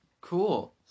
Cool